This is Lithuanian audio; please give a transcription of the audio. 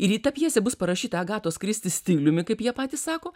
ir jei ta pjesė bus parašyta agatos kristi stiliumi kaip jie patys sako